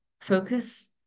focus